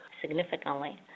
significantly